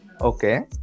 Okay